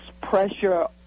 pressure